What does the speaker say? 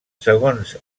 segons